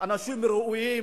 הם אנשים ראויים,